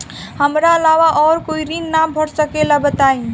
हमरा अलावा और कोई ऋण ना भर सकेला बताई?